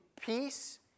peace